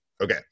Okay